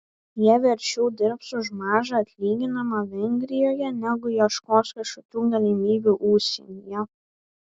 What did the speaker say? jie verčiau dirbs už mažą atlyginimą vengrijoje negu ieškos kažkokių galimybių užsienyje